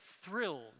thrilled